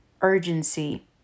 urgency